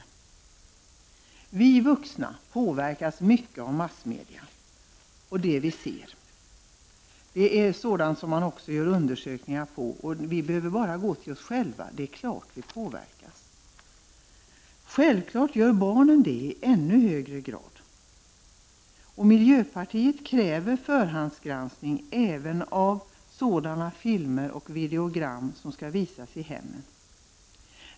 15 november 1989 Vi vuxna påverkas mycket av massmedia och det vi ser. Detta gör man =S också undersökningar om. Vi behöver bara gå till oss själva — det är klart att vi påverkas. Självfallet påverkas barnen i ännu högre grad. Miljöpartiet kräver förhandsgranskning även av filmer och videogram som skall visas i hemmen.